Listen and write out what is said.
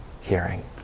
hearing